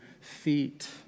feet